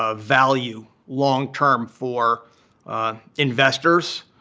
ah value long term for investors,